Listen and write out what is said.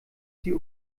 sie